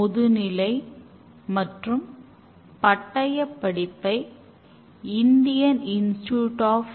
ஏற்கனவே நாம் சொன்னபடி எiஐல் என்பது மறைமுக சொல் எiஐல் திட்டங்கள் சில குணநலன்களை பின்பற்ற வேண்டியுள்ளது